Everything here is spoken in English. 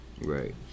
Right